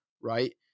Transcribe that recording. right